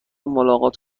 ملاقات